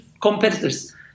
competitors